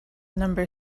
number